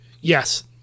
Yes